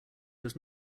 does